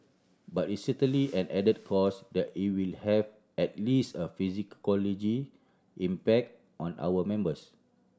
but it certainly an added cost that will have at least a impact on our members